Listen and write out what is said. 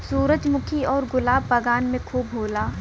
सूरजमुखी आउर गुलाब बगान में खूब होला